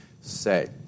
say